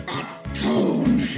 atone